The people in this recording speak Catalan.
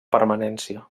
permanència